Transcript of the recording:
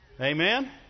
Amen